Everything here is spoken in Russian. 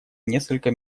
несколько